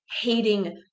hating